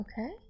Okay